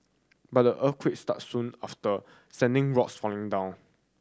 but the earthquake struck soon after sending rocks falling down